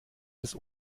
des